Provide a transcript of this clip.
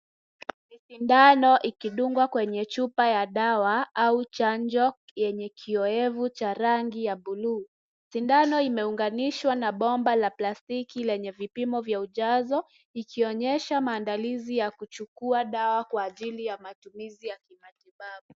Ni sindano ikidungwa kwenye chupa ya dawa, au chanjo yenye kioevu cha rangi ya buluu. Sindano imeunganishwa na bomba la plastiki lenye vipimo vya ujazo, ikionyesha maandalizi ya kuchukua dawa kwa ajili ya matumizi ya kimatibabu.